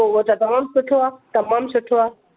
पोइ उहा त तमामु सुठो आहे तमामु सुठो आहे